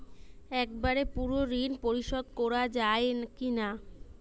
একবারে পুরো ঋণ পরিশোধ করা যায় কি না?